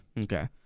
Okay